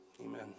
Amen